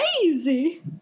Crazy